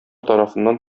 тарафыннан